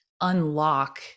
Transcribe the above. unlock